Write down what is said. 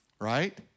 right